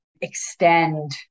extend